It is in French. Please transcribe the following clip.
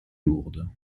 lourdes